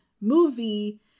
movie